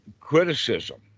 criticism